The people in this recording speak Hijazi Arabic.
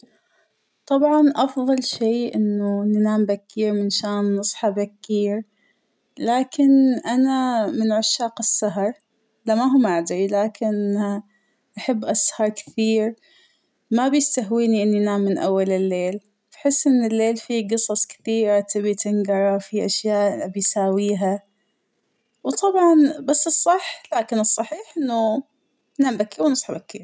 طبعاً افضل شى أنه ننام بكير منشان نصحى بكير، لكن أنا من عشاق السهر لما هو مادرى ، لكن اا- بحب أسهر كثير ، ما بيستهوينى إنى أنام من أول الليل ، بحس أن الليل فى قصص كتيرة تبى تنقرا فى أشياء أبى أساويها ، وطبعا بس الصح ، لكن الصحيح إنه ننام بكير ونصحى بكير.